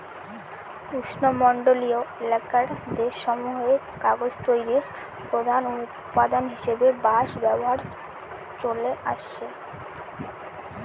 উষ্ণমন্ডলীয় এলাকার দেশসমূহে কাগজ তৈরির প্রধান উপাদান হিসাবে বাঁশ ব্যবহার চলে আসছে